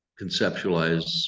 conceptualize